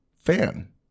fan